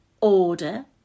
order